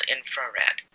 Infrared